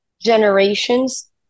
generations